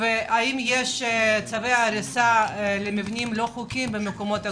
והאם יש צווי הריסה למבנים לא חוקיים במקומות הקדושים?